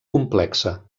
complexa